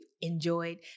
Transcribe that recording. enjoyed